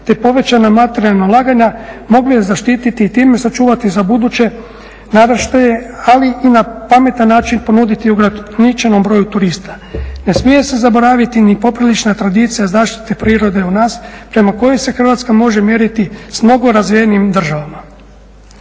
te povećana materijalna ulaganja mogli zaštiti i time sačuvati za buduće naraštaje, ali i na pametan način ponuditi ograničenom broju turista. Ne smije se zaboraviti ni poprilična tradicija zaštite prirode u nas prema kojoj se Hrvatska može mjeriti s mnogo razvijenijim državama.